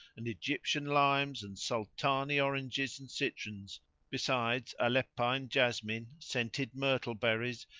and egyptian limes and sultani oranges and citrons besides aleppine jasmine, scented myrtle berries,